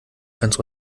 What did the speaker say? ganz